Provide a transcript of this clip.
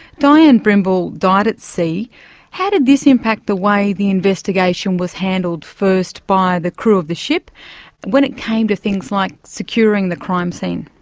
dianne brimble died at sea how did this impact the way the investigation was handled first by the crew of the ship when it came to things like securing the crime scene?